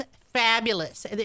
fabulous